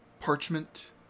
parchment